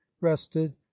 rested